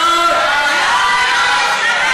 בעד.